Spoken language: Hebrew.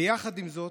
ויחד עם זאת,